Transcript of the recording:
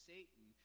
Satan